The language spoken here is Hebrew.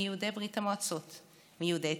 מיהודי ברית המועצות, מיהודי אתיופיה,